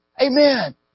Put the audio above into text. Amen